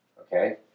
Okay